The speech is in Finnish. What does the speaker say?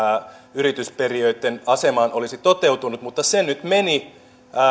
yritysperijöitten asemaan olisi toteutunut mutta se nyt meni